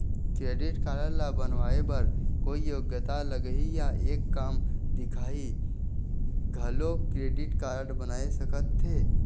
Credit card ला बनवाए बर कोई योग्यता लगही या एक आम दिखाही घलो क्रेडिट कारड बनवा सका थे?